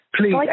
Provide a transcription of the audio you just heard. please